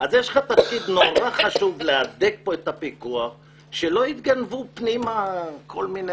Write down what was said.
יש לך תפקיד נורא חשוב להדק את הפיקוח שלא יתגנבו פנימה כל מיני